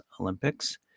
Olympics